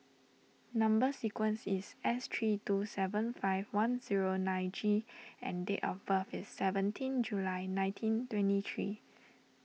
Number Sequence is S three two seven five one zero nine G and date of birth is seventeenth July nineteen twenty three